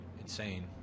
insane